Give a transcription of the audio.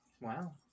Wow